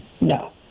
No